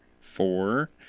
four